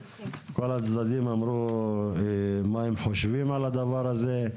כל הצדדים אמרו מה הם חושבים על הדבר הזה.